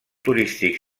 turístics